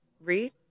read